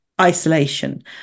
isolation